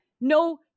no